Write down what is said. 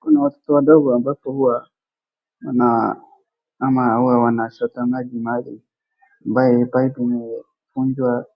Kuna watoto wadogo ambapo huwa wana ama huwa wanachota maji mahali ambaye paipu imevunjwa.